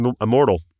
immortal